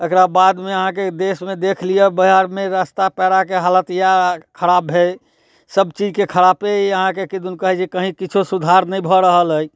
एकरा बादमे अहाँके देशमे देख लिअ बिहारमे रास्ता पेराके हालत इएह खराब अछि सभ चीजके खरापे अछि अहाँके किदन कहै छै कहीँ किछौ सुधार नहि भऽ रहल अछि